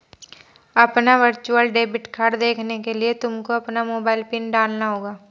अपना virtual debit card देखने के लिए तुमको अपना मोबाइल पिन डालना होगा